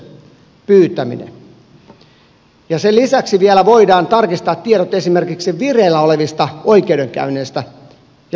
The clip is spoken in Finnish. siellä on tämmöinen luotettavuustodistuksen pyytäminen ja sen lisäksi vielä voidaan tarkistaa tiedot esimerkiksi vireillä olevista oikeudenkäynneistä ja syyteharkinnasta